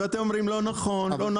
ואתם אומרים: לא נכון.